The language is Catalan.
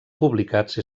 publicats